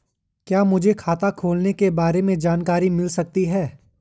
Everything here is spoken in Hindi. क्या मुझे खाते खोलने के बारे में जानकारी मिल सकती है?